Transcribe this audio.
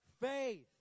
faith